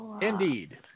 Indeed